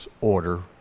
order